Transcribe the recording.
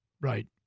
Right